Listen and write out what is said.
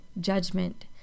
judgment